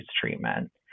treatment